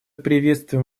приветствуем